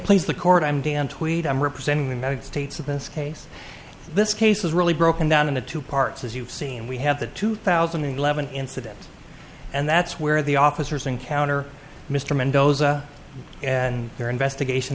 please the court i'm dan tweed i'm representing the united states in this case this case is really broken down into two parts as you've seen we have the two thousand and eleven incident and that's where the officers encounter mr mendoza and your investigation